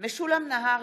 משולם נהרי,